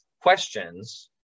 questions